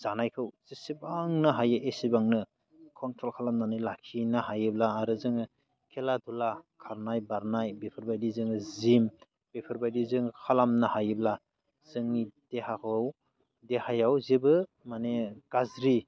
जानायखौ जेसेबांनो हायो एसेबांनो कन्ट्र'ल खालामनानै लाखिनो हायोब्ला आरो जोङो खेला दुला खारनाय बारनाय बेफोरबायदि जोङो जिम बेफोरबायदि जोङो खालामनो हायोब्ला जोंनि देहाखौ देहायाव जेबो माने गाज्रि